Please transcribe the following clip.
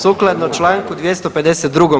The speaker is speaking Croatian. Sukladno članku 252.